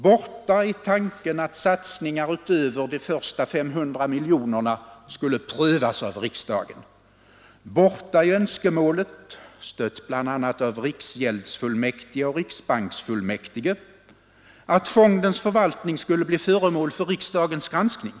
Borta är tanken att satsningar utöver de första 500 miljonerna skulle prövas av riksdagen. Borta är önskemålet, stött av bl.a. riksgäldsfullmäktige och riksbanksfullmäktige, att fondens förvaltning skulle bli föremål för riksdagens granskning.